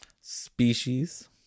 Species